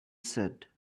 said